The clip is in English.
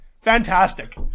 Fantastic